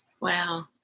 wow